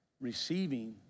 receiving